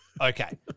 Okay